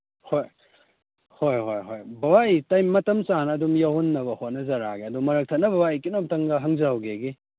ꯍꯣꯏ ꯍꯣꯏ ꯍꯣꯏ ꯍꯣꯏ ꯕꯕꯥ ꯑꯩ ꯃꯇꯝ ꯆꯥꯅ ꯃꯇꯝ ꯑꯗꯨꯝ ꯌꯧꯍꯟꯅꯕ ꯍꯣꯠꯅꯖꯔꯛꯑꯒꯦ ꯑꯗꯨ ꯃꯔꯛ ꯊꯠꯅ ꯕꯕꯥ ꯑꯩ ꯀꯩꯅꯣꯝꯇꯪꯒ ꯍꯪꯖꯍꯧꯒꯦ ꯑꯩꯒꯤ